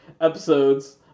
episodes